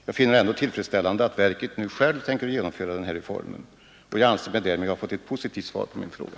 Jag finner det ändå tillfredsställande att verket självt tänker genomföra denna reform, och jag anser mig därmed ha fått ett positivt svar på min fråga.